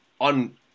on